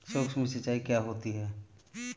सुक्ष्म सिंचाई क्या होती है?